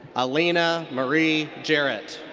aline ah marie jarrett.